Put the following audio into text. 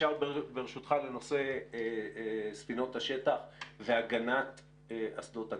שאול, ברשותך, לנושא ספינות השטח והגנת אסדות הגז.